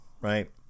right